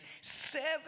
seven